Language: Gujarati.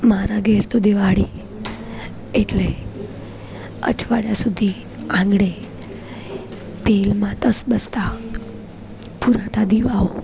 મારા ઘેર તો દિવાળી એટલે અઠવાડિયા સુધી આંગણે તેલમાં તસબસતા પુરાતા દિવાઓ